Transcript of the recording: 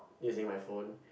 using my phone